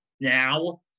now